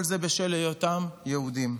וכל זה בשל היותם יהודים.